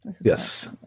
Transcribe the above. Yes